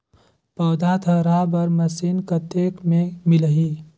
पौधा थरहा बर मशीन कतेक मे मिलही?